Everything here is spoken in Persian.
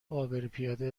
عابرپیاده